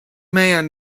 man